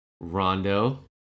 Rondo